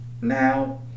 Now